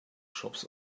shops